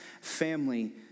family